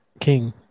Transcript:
King